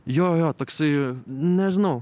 jo jo toksai nežinau